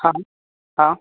हा हा